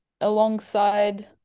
alongside